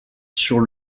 sur